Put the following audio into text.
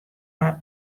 mar